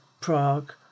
Prague